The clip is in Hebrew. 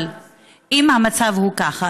אבל אם המצב הוא ככה,